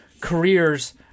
careers